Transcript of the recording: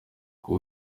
kuba